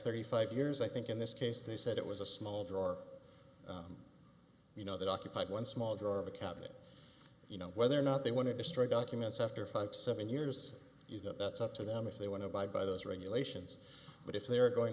thirty five years i think in this case they said it was a small drawer you know that occupied one small drawer of a cabinet you know whether or not they want to destroy documents after five seven years that's up to them if they want to abide by those regulations but if they are going